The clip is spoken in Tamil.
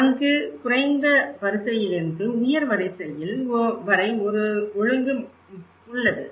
அங்கு குறைந்த வரிசையிலிருந்து உயர் வரிசையில் வரை ஒரு ஒழுங்கு உள்ளது